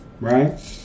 right